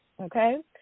okay